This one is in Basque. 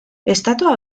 estatua